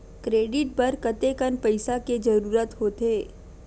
Credit बर कतेकन पईसा के जरूरत होथे?